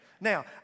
Now